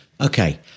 Okay